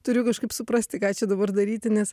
turiu kažkaip suprasti ką čia dabar daryti nes